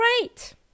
Great